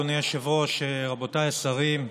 אדוני היושב-ראש, רבותיי השרים,